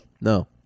no